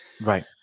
Right